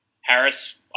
Harris